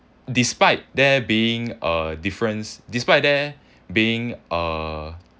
despite there being uh difference despite there being uh